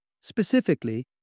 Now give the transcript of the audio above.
Specifically